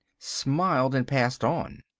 smiled and passed on.